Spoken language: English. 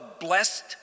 blessed